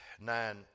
nine